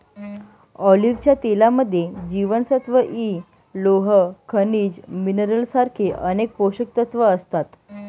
ऑलिव्हच्या तेलामध्ये जीवनसत्व इ, लोह, खनिज मिनरल सारखे अनेक पोषकतत्व असतात